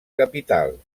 capital